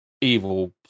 evil